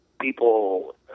people